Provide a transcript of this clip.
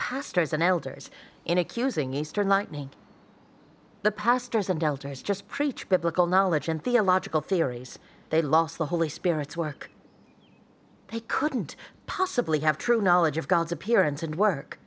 pastors and elders in accusing eastern lightning the pastors and elders just preach biblical knowledge and theological theories they lost the holy spirit's work they couldn't possibly have true knowledge of god's appearance and work